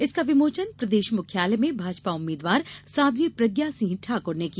इसका विमोचन प्रदेश मुख्यालय में भाजपा उम्मीद्वार साध्वी प्रज्ञा सिंह ठाक्र ने किया